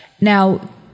Now